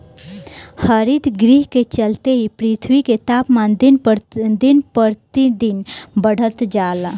हरितगृह के चलते ही पृथ्वी के तापमान दिन पर दिन बढ़ल जाता